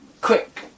quick